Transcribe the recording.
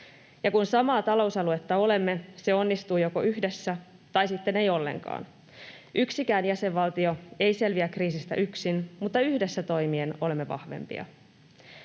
ja kun samaa talousaluetta olemme, se onnistuu joko yhdessä tai sitten ei ollenkaan. Yksikään jäsenvaltio ei selviä kriisistä yksin, mutta yhdessä toimien olemme vahvempia.